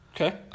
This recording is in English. Okay